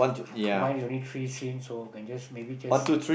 mine is only three sins so can just maybe just